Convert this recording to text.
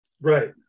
Right